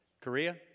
Korea